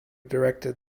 directed